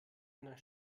einer